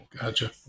Gotcha